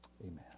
Amen